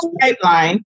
pipeline